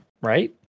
right